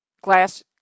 glass